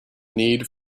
need